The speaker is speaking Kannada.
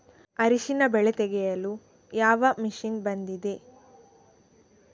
ಅರಿಶಿನ ಬೆಳೆ ತೆಗೆಯಲು ಯಾವ ಮಷೀನ್ ಬಂದಿದೆ?